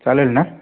चालेल ना